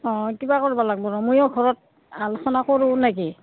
অঁ কিবা কৰবা লাগব ৰ'হ ময়ো ঘৰত আলোচনা কৰোঁ নাকি